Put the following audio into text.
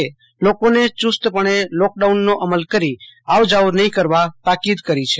એ લોકોને ચુસ્તપણે લોકડાઉનનો અમલ કરી આવ જા નહીં કરવા તાકીદે કરી છે